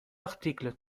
article